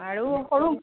আৰু সৰু